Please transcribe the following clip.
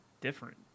different